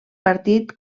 partit